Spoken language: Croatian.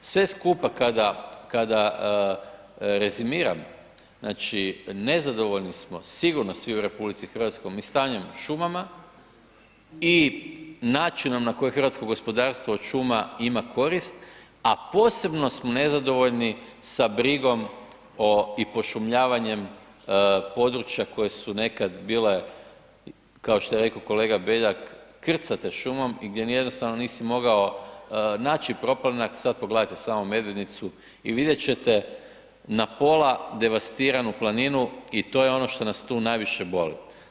Sve skupa kada rezimiran, znači nezadovoljni smo sigurno svi u RH stanjem šumama i načinom na koji hrvatsko gospodarstvo od šuma ima korist a posebno smo nezadovoljni sa brigom i pošumljavanjem područja koja su nekad bile kao što je rekao kolega Beljak, krcate šumom i gdje jednostavno nisi mogao naći proplanak a sad pogledajte samo Medvednicu i vidjet ćete n pola devastiranu planinu i to je ono što nas tu najviše boli.